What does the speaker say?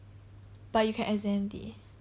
but you can exempt this